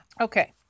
Okay